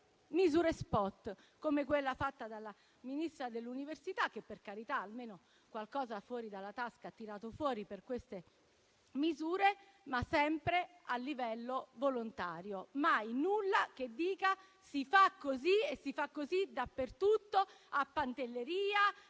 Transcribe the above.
misure *spot*, come quella fatta dalla Ministra dell'università, che almeno qualcosa fuori dalla tasca ha tirato fuori per queste misure, ma sempre a livello volontario. Mai nulla che dica: si fa così e lo si fa dappertutto, a Pantelleria,